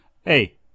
Hey